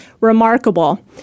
remarkable